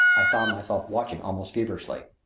i found myself watching almost feverishly.